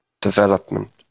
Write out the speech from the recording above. development